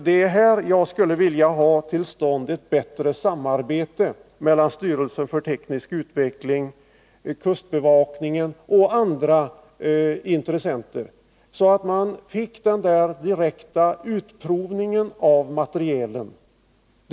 Det är där jag skulle vilja att man fick till stånd ett bättre samarbete mellan STU, kustbevakningen och andra intressenter, så att man fick en direkt utprovning av materielen.